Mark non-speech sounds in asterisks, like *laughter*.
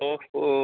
*unintelligible*